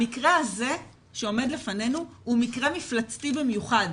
המקרה הזה שעומד לפנינו הוא מקרה מפלצתי במיוחד.